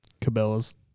Cabela's